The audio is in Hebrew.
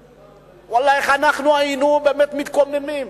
ואללה, איך היינו מתקוממים,